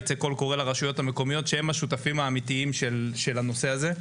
ייצא קול קורא לרשויות המקומיות שהם השותפים האמיתיים של הנושא הזה,